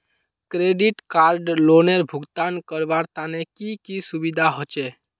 Credit card लोनेर भुगतान करवार तने की की सुविधा होचे??